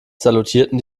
salutierten